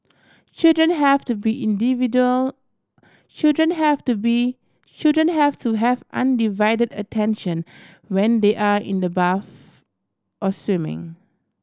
children have to be individual children have to be children have to have undivided attention when they are in the bath or swimming